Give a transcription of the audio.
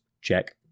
check